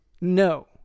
No